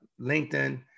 LinkedIn